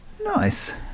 Nice